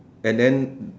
and then